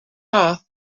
path